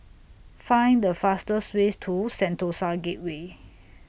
Find The fastest Way to Sentosa Gateway